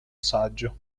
saggio